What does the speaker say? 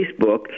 Facebook